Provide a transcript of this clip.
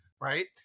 right